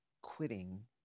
quitting